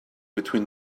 between